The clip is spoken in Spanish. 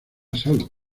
salvo